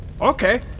okay